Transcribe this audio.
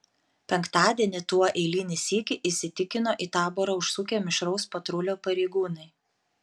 penktadienį tuo eilinį sykį įsitikino į taborą užsukę mišraus patrulio pareigūnai